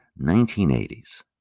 1980s